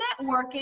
networking